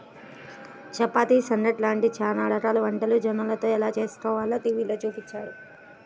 చపాతీ, సంగటి లాంటి చానా రకాల వంటలు జొన్నలతో ఎలా చేస్కోవాలో టీవీలో చూపించారు